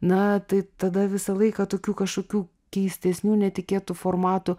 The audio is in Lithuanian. na tai tada visą laiką tokių kažkokių keistesnių netikėtų formatų